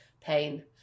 pain